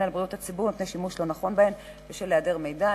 על בריאות הציבור מפני שימוש לא נכון בהן בשל היעדר מידע.